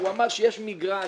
הוא אמר שיש מגרש,